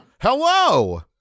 Hello